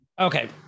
Okay